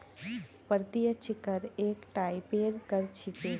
प्रत्यक्ष कर एक टाइपेर कर छिके